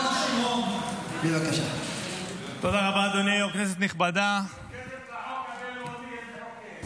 המדינה תעשה איתי משא ומתן ותעביר אותי לרמת גן.